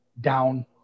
down